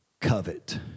covet